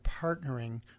partnering